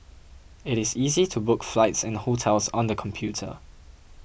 it is easy to book flights and hotels on the computer